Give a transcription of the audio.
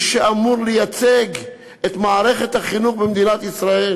איש שאמור לייצג את מערכת החינוך במדינת ישראל,